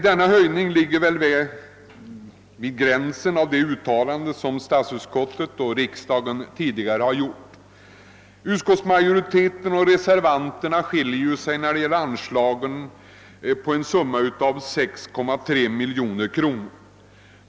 Denna höjning ligger vid gränsen till det uttalande som statsutskottet och riksdagen tidigare har gjort. Utskottsmajoriteten och reservanterna skiljer sig när det gäller anslagen på 6,3 miljoner kronor.